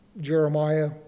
Jeremiah